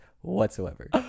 whatsoever